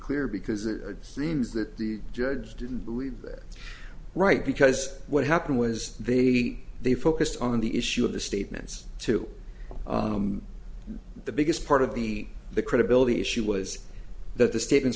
clear because it seems that the judge didn't believe it right because what happened was they they focused on the issue of the statements to the biggest part of the the credibility issue was that the statements